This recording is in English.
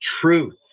truth